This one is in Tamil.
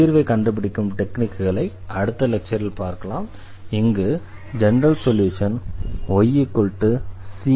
தீர்வை கண்டுபிடிக்கும் டெக்னிக்குகளை அடுத்த லெக்சரில் பார்க்கலாம் இங்கு ஜெனரல் சொல்யூஷன் ycx1c ஆகும்